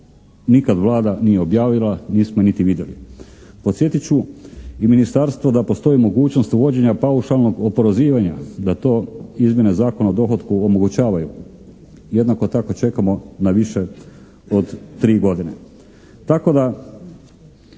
nikad Vlada nije objavila, nismo je niti vidjeli. Podsjetit ću i ministarstvo da postoji mogućnost uvođenja paušalnog oporezivanja, da to izmjene Zakona o dohotku omogućavaju. Jednako tako čekamo na više od 3 godine.